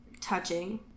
touching